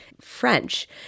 French